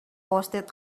posted